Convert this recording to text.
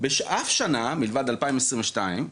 באף שנה, מלבד דצמבר.